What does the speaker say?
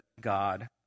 God